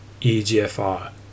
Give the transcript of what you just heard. EGFR